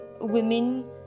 women